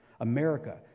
America